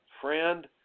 friend